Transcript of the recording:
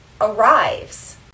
arrives